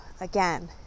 again